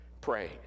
praise